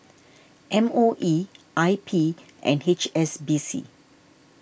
M O E I P and H S B C